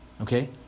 okay